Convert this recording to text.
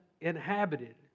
inhabited